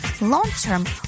Long-term